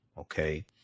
Okay